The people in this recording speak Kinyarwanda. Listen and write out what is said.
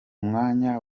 mwanya